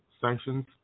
sanctions